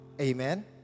Amen